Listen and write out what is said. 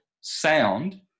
sound